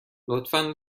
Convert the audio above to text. لطفا